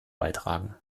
beitragen